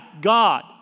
God